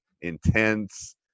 intense